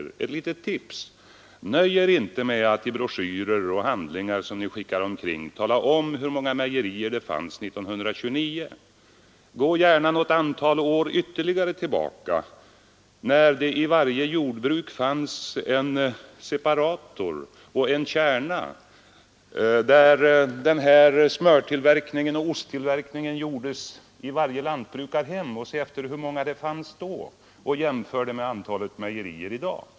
Låt mig ge ett litet tips. Nöj er inte med att i broschyrer och handlingar som ni skickar ut tala om hur många mejerier det fanns 1929. Gå gärna något ytterligare antal år tillbaka, när det i varje jordbruk fanns en separator och en kärna och då smöroch osttillverkning utfördes i varje lantbrukarhem. Se efter hur många mejerier det då fanns och jämför med antalet i dag.